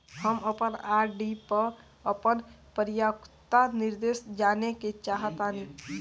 हम अपन आर.डी पर अपन परिपक्वता निर्देश जानेके चाहतानी